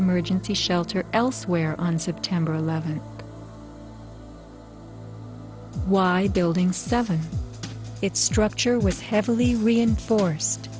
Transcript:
emergency shelter elsewhere on september eleventh wide building seven its structure was heavily reinforced